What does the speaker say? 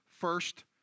first